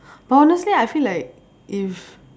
but honestly I feel like if